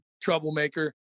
Troublemaker